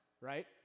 right